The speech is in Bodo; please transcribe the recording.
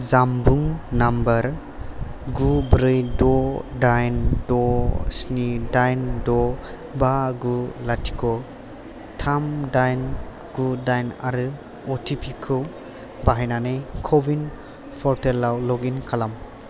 जानबुं नाम्बार गु ब्रै द' दाइन द' स्नि दाइन द' बा गु लाथिख' थाम दाइन गु दाइन आरो अ टि पि खौ बाहायनानै क' विन पर्टेलाव लग इन खालाम